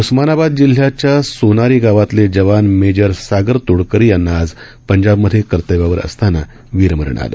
उस्मानाबाद जिल्ह्याच्या सोनारी गावातले जवान मेजर सागर तोडकरी यांना आज पंजाबमधे कर्तव्यावर असताना वीरमरण आलं